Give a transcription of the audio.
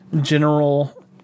general